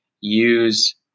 Use